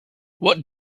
what